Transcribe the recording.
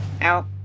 Out